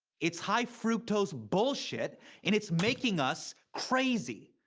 it's high-fructose bullshit and it's making us crazy.